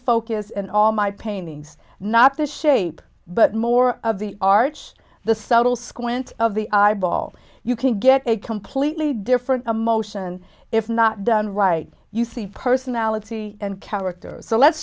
focus and all my paintings not the shape but more of the arch the subtle squint of the eyeball you can get a completely different emotion if not done right you see personality and character so let's